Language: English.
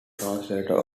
translator